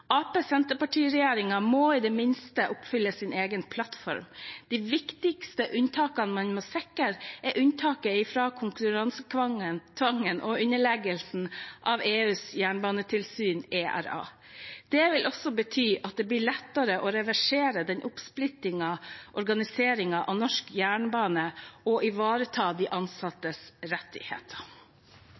må i det minste oppfylle sin egen plattform. De viktigste unntakene man må sikre, er unntak fra konkurransetvangen og underleggelsen under EUs jernbanetilsyn, ERA. Det vil også bety at det blir lettere å reversere den oppsplittede organiseringen av norsk jernbane og ivareta de ansattes rettigheter.